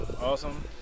Awesome